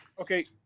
Okay